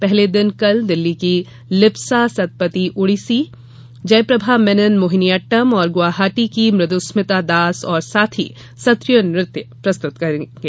पहले दिन कल दिल्ली की लिप्सा सत्पथी ओडिसी जयप्रभा मेनन मोहिनीअट्टम और गुवाहाटी की मृदुस्मिता दास और साथी सत्रिय नृत्य प्रस्तुति देंगे